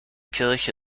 kirche